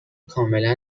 کاملا